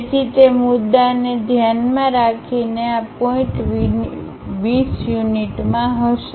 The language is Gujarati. તેથી તે મુદ્દાને ધ્યાનમાં રાખીને આ પોઇન્ટ વીસ યુનિટ માં હશે